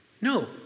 No